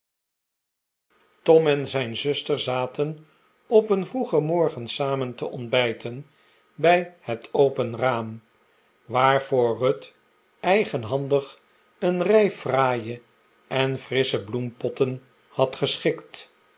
tom en zijn zuster zaten op een vroegen morgen samen te ontbijten bij net open raam waarvoor ruth eigenhandig een rij fraaie en frissche bloempotten had geschikt